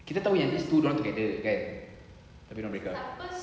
kita tahu yang these two dorang together kan tapi dorang breakup